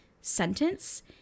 sentence